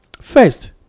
first